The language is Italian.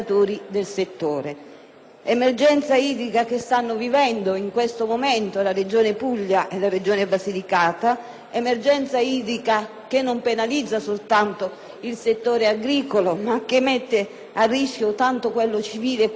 un'emergenza idrica che stanno vivendo in questo momento le regioni Puglia e Basilicata e che non penalizza soltanto il settore agricolo, ma che mette a rischio tanto il settore civile quanto quello industriale.